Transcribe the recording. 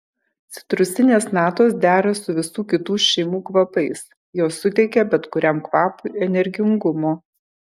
citrusinės natos dera su visų kitų šeimų kvapais jos suteikia bet kuriam kvapui energingumo